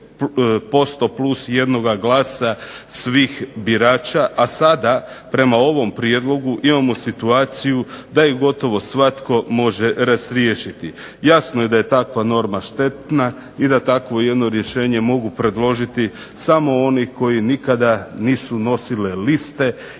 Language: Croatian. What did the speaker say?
50% plus jednog glasa svih birača. A sada prema ovom prijedlogu imamo situaciju da ih gotovo svatko može razriješiti. Jasno je da je takva norma štetna i da takvo jedno rješenje mogu predložiti samo oni koji nikada nisu nosile liste